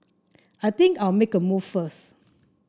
I think I'll make a move first